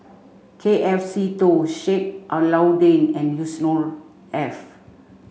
K F Seetoh Sheik Alau'ddin and Yusnor Ef